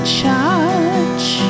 charge